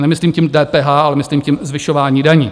Nemyslím tím DPH, ale myslím tím zvyšování daní.